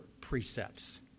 precepts